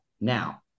Now